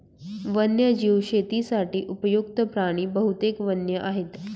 वन्यजीव शेतीसाठी उपयुक्त्त प्राणी बहुतेक वन्य आहेत